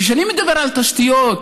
כשאני מדבר על תשתיות,